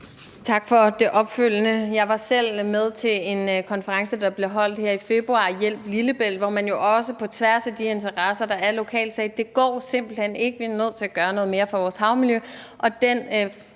Tak for det opfølgende spørgsmål. Jeg var selv med til en konference – »Hjælp Lillebælt« – der blev holdt her i februar, hvor man jo også på tværs af de interesser, der er lokalt, sagde: Det går simpelt hen ikke, vi er nødt til at gøre noget mere for vores havmiljø.